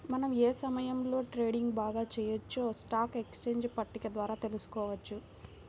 మనం ఏ సమయంలో ట్రేడింగ్ బాగా చెయ్యొచ్చో స్టాక్ ఎక్స్చేంజ్ పట్టిక ద్వారా తెలుసుకోవచ్చు